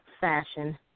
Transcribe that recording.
Fashion